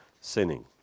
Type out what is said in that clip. sinning